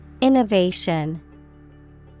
Innovation